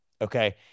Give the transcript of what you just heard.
Okay